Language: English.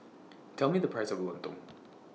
Tell Me The Price of Lontong